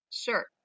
Sure